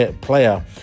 player